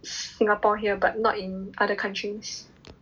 Singapore here but not in other countries